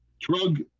drug